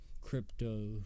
crypto